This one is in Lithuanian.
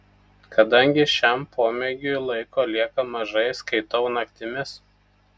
kadangi šiam pomėgiui laiko lieka mažai skaitau naktimis